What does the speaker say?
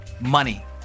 money